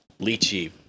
lychee